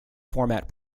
format